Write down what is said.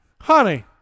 honey